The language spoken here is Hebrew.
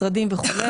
משרדים וכו',